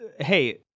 hey